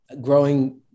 growing